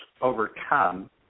overcome